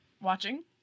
watching